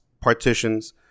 partitions